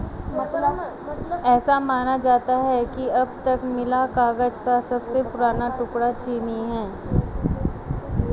ऐसा माना जाता है कि अब तक मिला कागज का सबसे पुराना टुकड़ा चीनी है